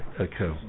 okay